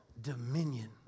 dominion